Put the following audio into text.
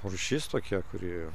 rūšis tokia kuri